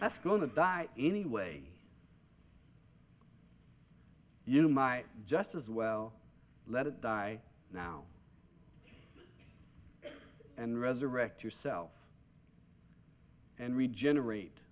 that's going to die anyway you know my just as well let it die now and resurrect yourself and regenerate